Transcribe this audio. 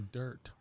dirt